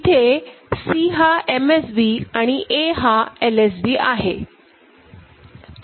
इथे C हा MSB आणि A हा LSBआहे